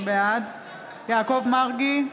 בעד יעקב מרגי,